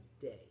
day